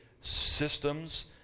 systems